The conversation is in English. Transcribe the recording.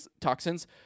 toxins